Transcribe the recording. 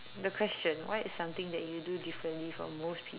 the question what is something that you do differently from most people